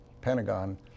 Pentagon